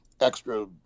extra